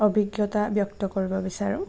অভিজ্ঞতা ব্যক্ত কৰিব বিচাৰোঁ